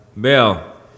Bill